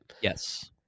yes